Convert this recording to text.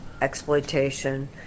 exploitation